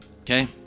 Okay